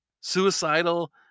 suicidal